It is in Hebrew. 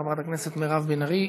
חברת הכנסת מירב בן ארי,